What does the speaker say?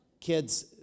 Kids